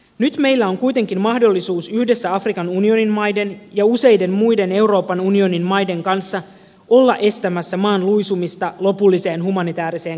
nyt meillä on kuitenkin mahdollisuus yhdessä afrikan unionin maiden ja useiden muiden euroopan unionin maiden kanssa olla estämässä maan luisumista lopulliseen humanitääriseen katastrofiin